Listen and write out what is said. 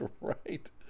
right